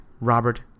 Robert